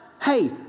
hey